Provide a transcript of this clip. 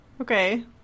okay